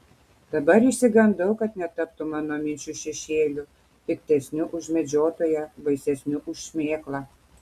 dabar išsigandau kad netaptų mano minčių šešėliu piktesniu už medžiotoją baisesniu už šmėklą